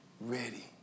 ready